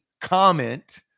comment